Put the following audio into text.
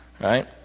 right